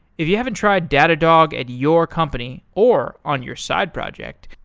if you haven't tried datadog at your company or on your side project,